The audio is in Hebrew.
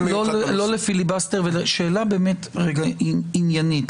שאלה עניינית.